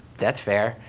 that's fair.